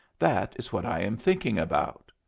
that is what i am thinking about.